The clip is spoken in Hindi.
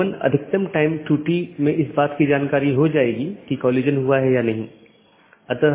इन विशेषताओं को अनदेखा किया जा सकता है और पारित नहीं किया जा सकता है